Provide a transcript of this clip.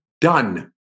done